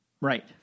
Right